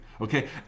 Okay